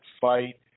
fight